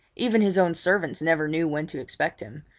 even his own servants never knew when to expect him,